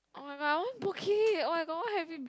oh-my-god I want Boat-Quay oh-my-god what have you